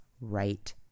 right